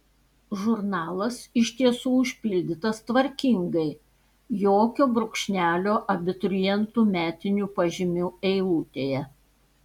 žurnalas iš tiesų užpildytas tvarkingai jokio brūkšnelio abiturientų metinių pažymių eilutėje